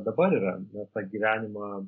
dabar yra na tą gyvenimą